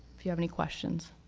if you have any questions,